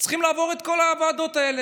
צריכים לעבור את כל הוועדות האלה.